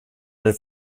and